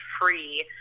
free